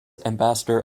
ambassador